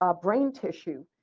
ah brain tissue,